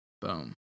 Boom